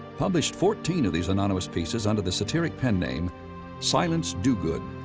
published fourteen of these anonymous pieces under the satiric pen name silence dogood,